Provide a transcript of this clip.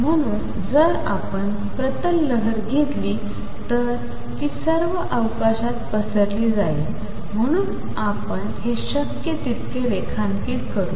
म्हणून जर आपण प्रतल लहर घेतली तर ती सर्व अवकाशात पसरली जाईल म्हणून आपण हे शक्य तितके रेखांकित करू